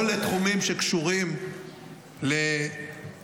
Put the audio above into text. או לתחומים שקשורים לענייני